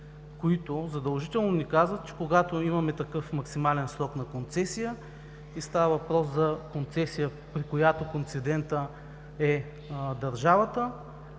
които задължително ни казват, че когато имаме такъв максимален срок на концесия и става въпрос за концесия, при която концедент е държавата,